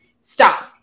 Stop